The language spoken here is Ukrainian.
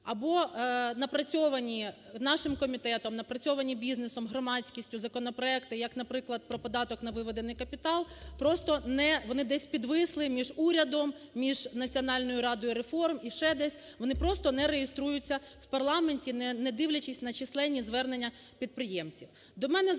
або напрацьовані нашим комітетом, напрацьовані бізнесом, громадськістю законопроекти, як наприклад, про податок на виведений капітал, просто вони десь підвисли між урядом, між Національною радою реформ і ще десь. Вони просто не реєструються в парламенті, не дивлячись на численні звернення підприємців.